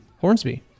hornsby